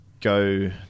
go